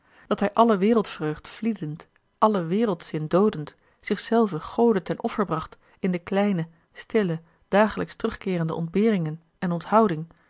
dat hij alle wereldvreugd vliedend allen wereldzin doodend zich zelven gode ten offer bracht in de kleine stille dagelijks terugkeerende ontberingen en onthouding